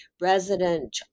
resident